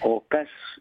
o kas